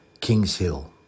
Kingshill